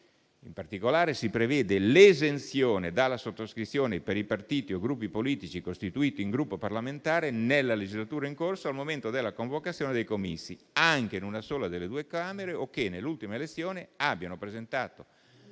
In particolare, si prevede l'esenzione dalla sottoscrizione per i partiti o gruppi politici costituiti in Gruppo parlamentare nella legislatura in corso o al momento della convocazione dei comizi, anche in una sola delle due Camere, o che nell'ultima elezione abbiano presentato